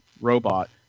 robot